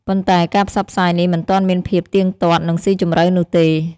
ប៉ុន្តែការផ្សព្វផ្សាយនេះមិនទាន់មានភាពទៀងទាត់ និងស៊ីជម្រៅនោះទេ។